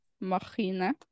Machine